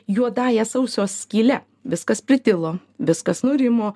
juodąja sausio skyle viskas pritilo viskas nurimo